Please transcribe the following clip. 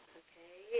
okay